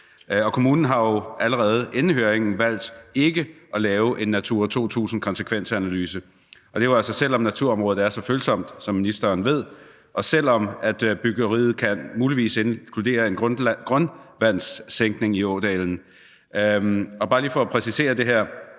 Kommunen har jo allerede inden høringen valgt ikke at lave en Natura 2000-konsekvensanalyse, og det er jo altså, selv om naturområdet er så følsomt, som ministeren ved, og selv om byggeriet muligvis kan inkludere en grundvandssænkning i ådalen. Bare lige for at præcisere det her: